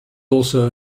also